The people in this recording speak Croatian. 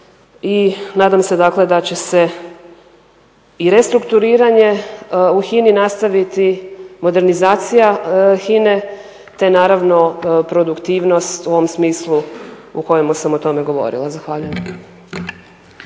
I nadam se, dakle da će se i restrukturiranje u HINA-i nastaviti, modernizacija HINA-e, te naravno produktivnost u ovom smislu u kojemu sam o tome govorila. Zahvaljujem.